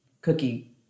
cookie